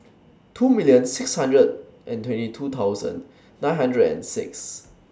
two million six hundred and twenty two thousand nine hundred and six